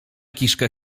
kiszkę